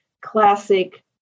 classic